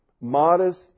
Modest